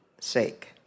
sake